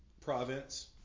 province